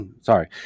sorry –